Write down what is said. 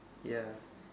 ya